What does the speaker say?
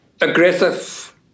aggressive